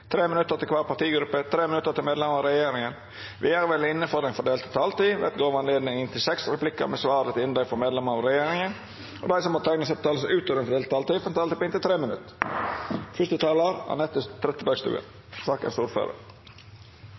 minutter til hver partigruppe og 3 minutter til medlemmer av regjeringen. Videre vil det innenfor den fordelte taletid bli gitt anledning til inntil seks replikker med svar etter innlegg fra medlemmer av regjeringen, og de som måtte tegne seg på talerlisten utover den fordelte taletid, får en taletid på inntil 3 minutter.